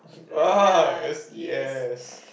ah yes